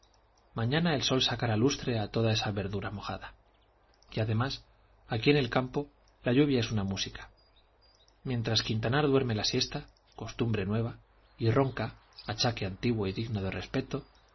mañana el sol sacará lustre a toda esa verdura mojada y además aquí en el campo la lluvia es una música mientras quintanar duerme la siesta costumbre nueva y ronca achaque antiguo y digno de respeto yo abro la ventana y oigo el rumor de